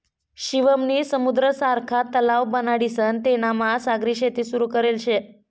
शिवम नी समुद्र सारखा तलाव बनाडीसन तेनामा सागरी शेती सुरू करेल शे